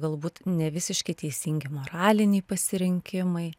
galbūt nevisiški teisingi moraliniai pasirinkimai